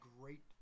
great